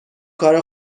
کار